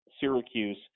Syracuse